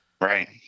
right